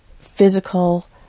physical